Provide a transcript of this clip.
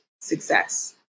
success